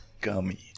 gummy